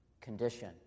condition